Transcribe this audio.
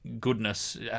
goodness